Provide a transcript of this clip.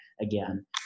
again